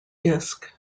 disc